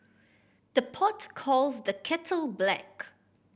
the pot calls the kettle black